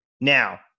Now